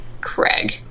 Craig